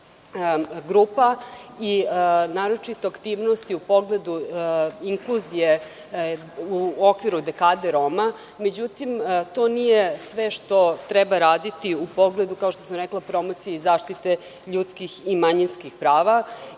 grupa, naročito aktivnosti u pogledu inkluzije u okviru Dekade Roma. Međutim, to nije sve što treba raditi u pogledu, kao što sam rekla, promocije i zaštite ljudskih i manjinskih prava.